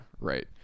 right